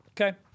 Okay